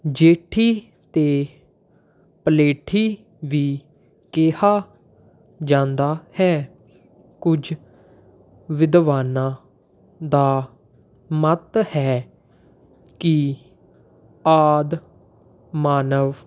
ਜੇਠੀ ਅਤੇ ਪਲੇਠੀ ਵੀ ਕਿਹਾ ਜਾਂਦਾ ਹੈ ਕੁਝ ਵਿਦਵਾਨਾਂ ਦਾ ਮੱਤ ਹੈ ਕਿ ਆਦਿ ਮਾਨਵ